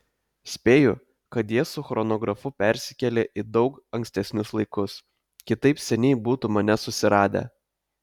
spėju kad jie su chronografu persikėlė į daug ankstesnius laikus kitaip seniai būtų mane susiradę